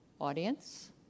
audience